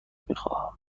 میخواهم